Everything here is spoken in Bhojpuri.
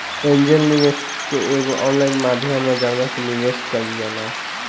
एंजेल निवेशक एगो ऑनलाइन माध्यम ह जवना से निवेश कईल जाला